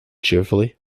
cheerfully